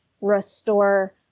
restore